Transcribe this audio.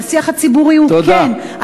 והשיח הציבורי הוא כן,